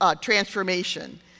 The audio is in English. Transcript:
Transformation